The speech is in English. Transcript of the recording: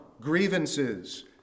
grievances